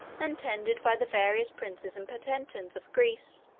and tended by the various princes and potentates of greece,